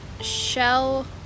shell